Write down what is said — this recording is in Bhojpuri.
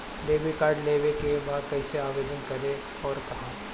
डेबिट कार्ड लेवे के बा कइसे आवेदन करी अउर कहाँ?